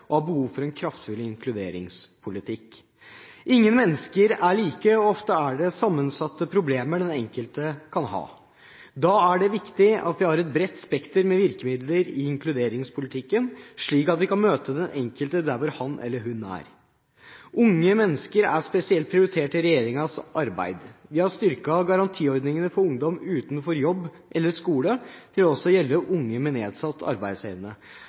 og har behov for en kraftfull inkluderingspolitikk. Ingen mennesker er like, og ofte er det sammensatte problemer den enkelte kan ha. Da er det viktig at vi har et bredt spekter med virkemidler i inkluderingspolitikken, slik at vi kan møte den enkelte der hvor han eller hun er. Unge mennesker er spesielt prioritert i regjeringens arbeid. Vi har styrket garantiordningene for ungdom utenfor jobb eller skole til også å gjelde unge med nedsatt arbeidsevne.